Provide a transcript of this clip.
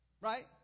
Right